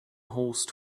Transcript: horse